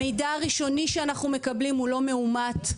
המידע הראשוני שאנחנו מקבלים הוא לא מאומת,